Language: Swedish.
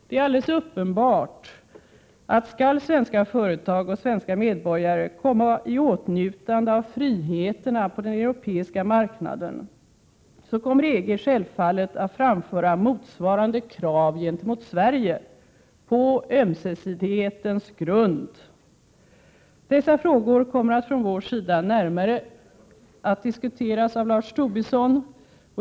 Det är alldeles uppenbart att skall svenska företag och svenska medborgare komma i åtnjutande av friheterna på den europeiska marknaden, så kommer EG självfallet att framföra motsvarande krav gentemot Sverige, på ömsesidighetens grund. Dessa frågor kommer från vår sida närmare att diskuteras av Lars Tobisson.